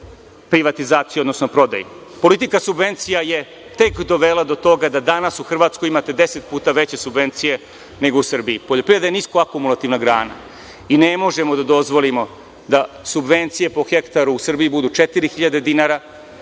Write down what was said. privatizaciji, odnosno prodaji. Politika subvencija je tek dovela do toga da danas u Hrvatskoj imate deset puta veće subvencije nego u Srbiji. Poljoprivreda je niskoakumulativna grana i ne možemo da dozvolimo da subvencije po hektaru u Srbiji budu 4.000 dinara,